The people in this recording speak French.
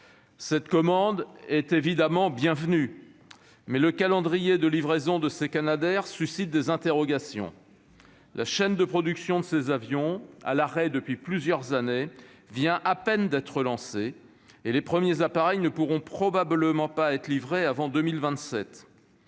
Cette commande est évidemment bienvenue, mais le calendrier de livraison des canadairs suscite des interrogations : la chaîne de production de ces avions, à l'arrêt depuis plusieurs années, vient à peine d'être relancée et les premiers appareils ne pourront probablement pas être livrés avant 2027.